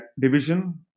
division